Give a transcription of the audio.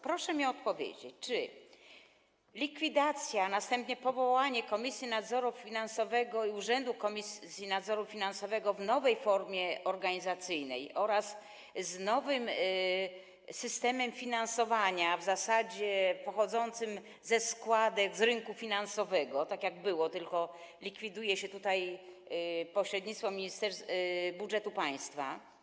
Proszę mi powiedzieć, czy likwidacja, a następnie powołanie Komisji Nadzoru Finansowego i Urzędu Komisji Nadzoru Finansowego w nowej formie organizacyjnej oraz z nowym systemem finansowania, w zasadzie pochodzącym ze składek, z rynku finansowego, tak jak było, tylko likwiduje się pośrednictwo budżetu państwa.